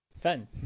Fun